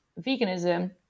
veganism